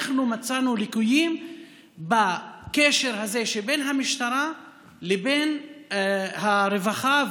מצאנו ליקויים בקשר הזה שבין המשטרה לבין הרווחה,